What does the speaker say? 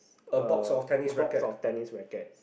a box of tennis rackets